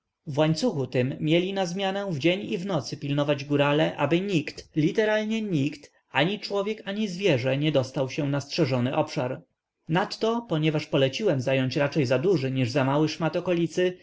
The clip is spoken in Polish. przebywa w łańcuchu tym mieli na zmianę w dzień i w nocy pilnować górale aby nikt literalnie nikt ani człowiek ani zwierzę nie dostał się na strzeżony obszar nadto ponieważ poleciłem zająć raczej zaduży niż zamały szmat okolicy